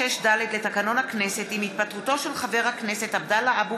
מאת חברי הכנסת איציק שמולי,